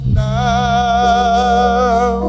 now